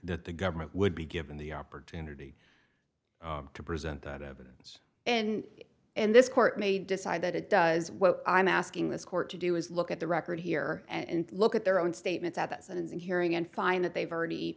that the government would be given the opportunity to present that evidence and in this court may decide that it does what i'm asking this court to do is look at the record here and look at their own statements at that and hearing and find that they've already